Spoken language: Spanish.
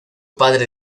padre